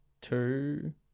two